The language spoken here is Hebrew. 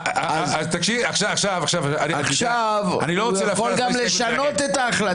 עכשיו הוא יכול גם לשנות את ההחלטה.